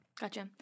Gotcha